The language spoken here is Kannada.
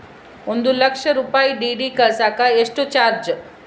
ಒಂದು ಲಕ್ಷ ರೂಪಾಯಿ ಡಿ.ಡಿ ಕಳಸಾಕ ಎಷ್ಟು ಚಾರ್ಜ್?